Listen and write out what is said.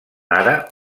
ara